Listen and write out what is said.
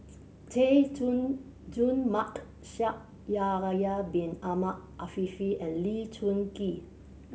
Chay Jung Jun Mark Shaikh Yahya Bin Ahmed Afifi and Lee Choon Kee